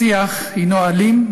השיח הוא אלים,